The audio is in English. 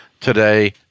today